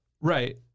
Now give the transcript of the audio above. Right